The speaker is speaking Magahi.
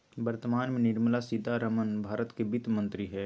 वर्तमान में निर्मला सीतारमण भारत के वित्त मंत्री हइ